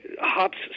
hops